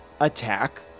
attack